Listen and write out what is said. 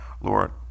lord